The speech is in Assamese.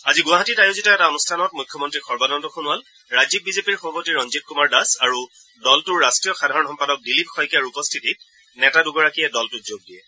আজি গুৱাহাটীত আয়োজিত এটা অনুষ্ঠানত মুখ্যমন্ত্ৰী সৰ্বানন্দ সোণোৱাল ৰাজ্যিক বিজেপিৰ সভাপতি ৰঞ্জিত কুমাৰ দাস আৰু দলটোৰ ৰাষ্ট্ৰীয় সাধাৰণ সম্পাদক দিলীপ শইকীয়াৰ উপস্থিতিত নেতা দূগৰাকীয়ে দলটোত যোগ দিয়ে